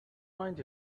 mind